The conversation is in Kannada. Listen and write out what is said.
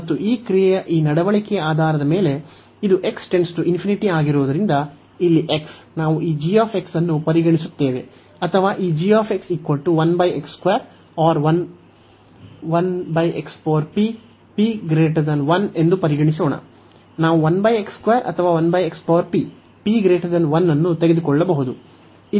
ಮತ್ತು ಈ ಕ್ರಿಯೆಯ ಈ ನಡವಳಿಕೆಯ ಆಧಾರದ ಮೇಲೆ ಇದು ಆಗಿರುವುದರಿಂದ ಇಲ್ಲಿ x ನಾವು ಈ g ಅನ್ನು ಪರಿಗಣಿಸುತ್ತೇವೆ ಅಥವಾ ಈ ಎಂದು ಪರಿಗಣಿಸೋಣ